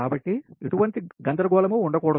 కాబట్టి ఎటువంటి గందరగోళం ఉండకూడదు